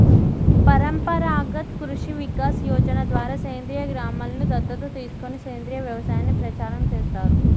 పరంపరాగత్ కృషి వికాస్ యోజన ద్వారా సేంద్రీయ గ్రామలను దత్తత తీసుకొని సేంద్రీయ వ్యవసాయాన్ని ప్రచారం చేస్తారు